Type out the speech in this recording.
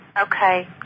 Okay